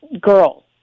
girls